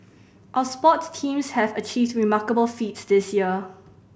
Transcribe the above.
our sports teams have achieved remarkable feats this year